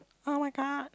[oh]-my-god